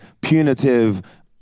punitive